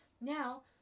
now